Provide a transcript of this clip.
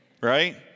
right